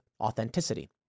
authenticity